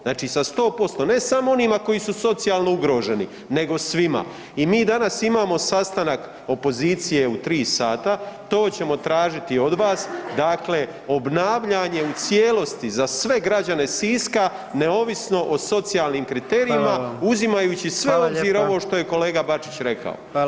Znači sa 100%, ne samo onima koji su socijalno ugroženi, nego svima i mi danas imamo sastanak opozicije u 3 sata, to ćemo tražiti od vas, dakle obnavljanjem u cijelosti za sve građane Siska neovisno o socijalnim kriterijima, [[Upadica: Hvala vam.]] uzimajući sve obzire, ovo [[Upadica: Hvala lijepa.]] je kolega Bačić rekao.